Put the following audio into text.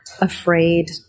afraid